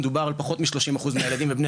מדובר על פחות מ-30 אחוז מהילדים ובני